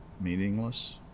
meaningless